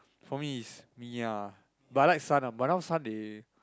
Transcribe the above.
for me is Miya but I like Sun ah but now Sun they